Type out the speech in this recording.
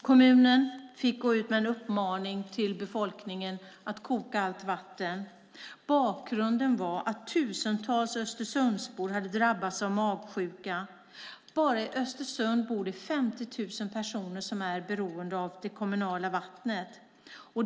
Kommunen fick gå ut med en uppmaning till befolkningen att koka allt vatten. Bakgrunden var att tusentals Östersundsbor hade drabbats av magsjuka. Bara i Östersund bor 50 000 personer som är beroende av det kommunala vattnet.